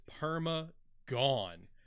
perma-gone